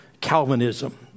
Calvinism